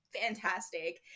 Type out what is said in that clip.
fantastic